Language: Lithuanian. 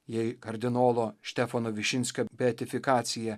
jei kardinolo štefano višinskio beatifikacija